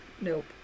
Nope